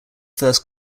first